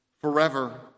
forever